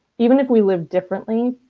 even if we live differently,